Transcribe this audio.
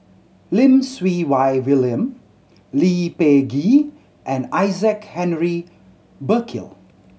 Lim Siew Wai William Lee Peh Gee and Isaac Henry Burkill